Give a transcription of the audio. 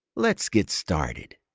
let's get started.